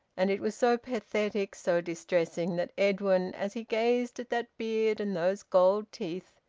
and it was so pathetic, so distressing, that edwin, as he gazed at that beard and those gold teeth,